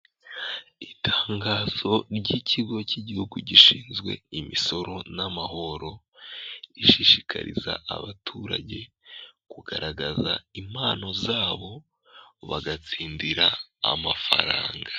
Itangazo ry'ikigo cy'igihugu gishinzwe imisoro n'amahoro rishishikariza abaturage kugaragaza impano zabo bagatsindira amafaranga.